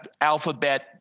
alphabet